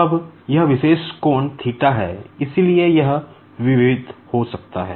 अब यह विशेष कोण है इसलिए यह विविध हो सकता है